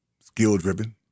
skill-driven